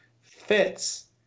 fits